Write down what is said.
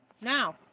Now